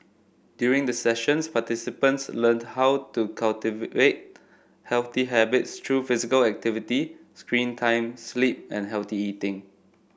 during the sessions participants learn how to cultivate healthy habits through physical activity screen time sleep and healthy eating